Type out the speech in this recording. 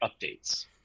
Updates